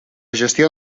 gestió